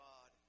God